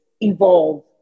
evolve